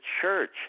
church